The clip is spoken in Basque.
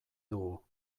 dugu